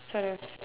sort of